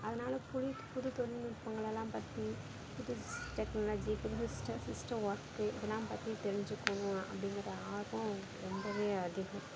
அதனால் புது புதுத் தொழில்நுட்பங்கள் எல்லாம் பற்றி புது டெக்னாலஜி புது சிஸ்டம் ஒர்க்கு இதெல்லாம் பற்றி தெரிஞ்சுக்கணும் அப்படிங்கிற ஆர்வம் ரொம்ப அதிகம்